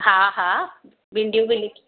हा हा भिंडियूं बि लिखी